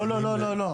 לא.